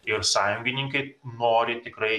ir sąjungininkai nori tikrai